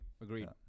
Agreed